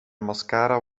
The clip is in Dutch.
mascara